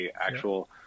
actual